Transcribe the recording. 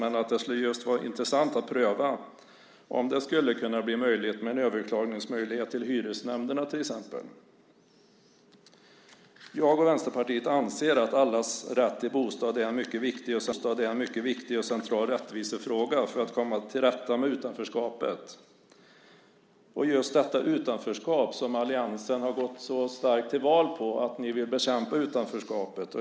Men det skulle vara intressant att pröva om det skulle kunna bli möjligt med en överklagningsmöjlighet till exempel till hyresnämnderna. Jag och Vänsterpartiet anser att allas rätt till bostad är en mycket viktig och central rättvisefråga för att komma till rätta med utanförskapet, just detta utanförskap som alliansen så starkt har gått till val på att ni vill bekämpa.